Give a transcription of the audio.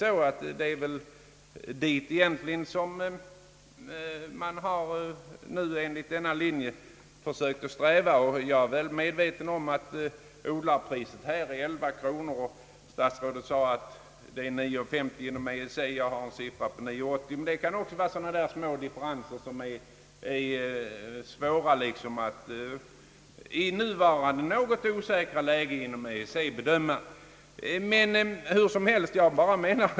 Vår strävan har väl också varit att nå dithän. Jag är medveten om att odlarpriset ligger vid 11 kronor. Statsrådet säger att EEC-priset är 9:50. Jag har siffran 9:80, men det kan ju vara en sådan där liten differens som beror på nuvarande något osäkra läge inom EEC.